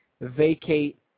vacate